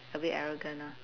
a bit arrogant ah